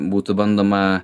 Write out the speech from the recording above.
būtų bandoma